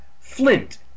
Flint